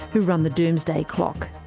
who run the doomsday clock.